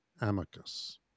amicus